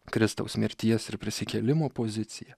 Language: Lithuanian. kristaus mirties ir prisikėlimo poziciją